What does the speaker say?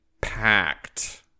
packed